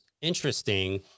interesting